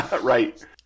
Right